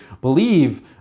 believe